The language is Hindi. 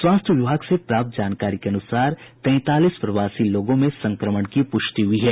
स्वास्थ्य विभाग से प्राप्त जानकारी के अनुसार तैंतालीस प्रवासी लोगों में संक्रमण की पुष्टि हुई है